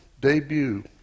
debut